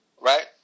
right